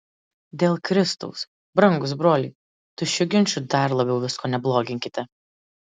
dėl kristaus brangūs broliai tuščiu ginču dar labiau visko nebloginkite